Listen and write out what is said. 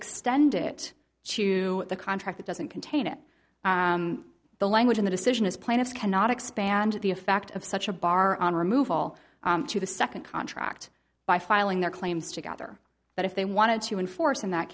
extend it to the contract it doesn't contain it the language in the decision is plaintiff cannot expand the effect of such a bar on remove all to the second contract by filing their claims together but if they wanted to enforce in that